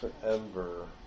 forever